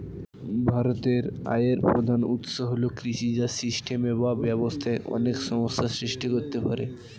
ভারতের আয়ের প্রধান উৎস হল কৃষি, যা সিস্টেমে বা ব্যবস্থায় অনেক সমস্যা সৃষ্টি করতে পারে